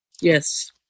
Yes